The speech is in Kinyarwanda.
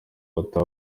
kuko